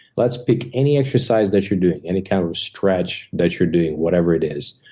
let's pick any exercise that you're doing, any kind of a stretch that you're doing, whatever it is.